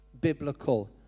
biblical